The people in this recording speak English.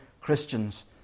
Christians